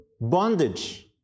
bondage